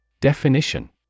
Definition